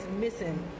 missing